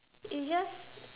it's just